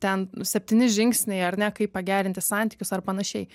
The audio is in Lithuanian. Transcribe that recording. ten septyni žingsniai ar ne kaip pagerinti santykius ar panašiai